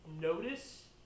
notice